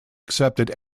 accepted